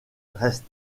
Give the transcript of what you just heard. reste